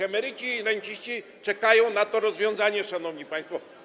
Emeryci i renciści czekają na to rozwiązanie, szanowni państwo.